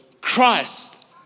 Christ